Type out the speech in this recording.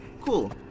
Cool